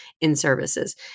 in-services